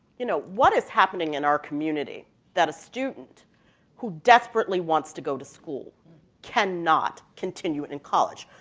you know, what is happening in our community that a student who desperately wants to go to school cannot continue in college.